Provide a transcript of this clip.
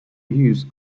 use